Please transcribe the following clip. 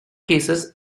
cases